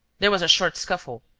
there was a short scuffle.